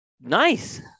Nice